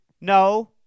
No